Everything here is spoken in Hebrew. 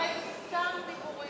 הרי זה סתם דיבורים.